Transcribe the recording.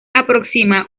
aproxima